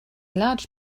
large